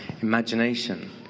Imagination